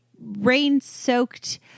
rain-soaked